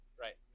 Right